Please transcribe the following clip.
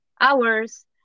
hours